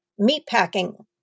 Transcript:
Meatpacking